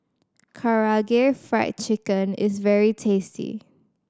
Karaage Fried Chicken is very tasty